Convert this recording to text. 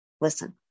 listen